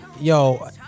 yo